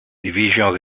division